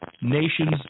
nations